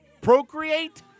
procreate